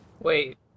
Wait